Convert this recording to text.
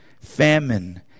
famine